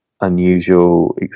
Unusual